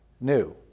new